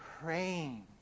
praying